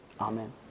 Amen